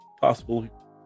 possible